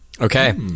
Okay